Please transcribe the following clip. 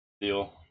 deal